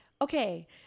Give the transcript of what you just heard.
Okay